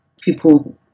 people